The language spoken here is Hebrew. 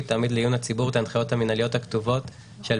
תעמיד לעיון הציבור את ההנחיות המנהליות הכתובות שעל